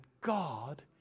God